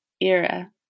era